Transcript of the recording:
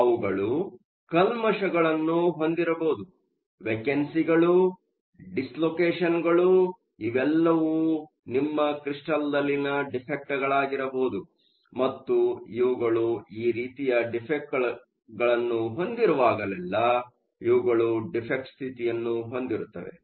ಅವುಗಳು ಕಲ್ಮಷಗಳನ್ನು ಹೊಂದಿರಬಹುದುವೆಕೆನ್ಸಿಗಳು ಡಿಸ್ಲೋಕೆಷನ್ಗಳು ಇವೆಲ್ಲವೂ ನಿಮ್ಮ ಕ್ರಿಸ್ಟಲ್ದಲ್ಲಿನ ಡಿಫೆ಼ಕ್ಟ್ಗಳಾಗಿರಬಹುದು ಮತ್ತು ಇವುಗಳು ಈ ರೀತಿಯ ಡಿಫೆ಼ಕ್ಟ್ಗಳನ್ನು ಹೊಂದಿರುವಾಗಲೆಲ್ಲಾ ಇವುಗಳು ಡಿಫೆ಼ಕ್ಟ್ ಸ್ಥಿತಿಯನ್ನು ಹೊಂದಿರುತ್ತವೆ